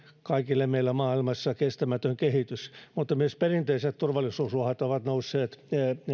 kaikilla meillä maailmassa kestämätön kehitys mutta myös perinteiset turvallisuusuhat ovat nousseet